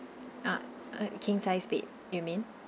ah uh king size bed you mean